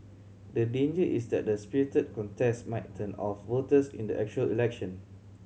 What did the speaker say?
the danger is that the spirited contest might turn off voters in the actual election